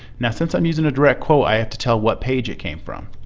now since i'm using a direct quote, i have to tell what page it came from.